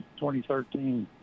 2013